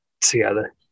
together